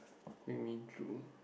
what do you mean drool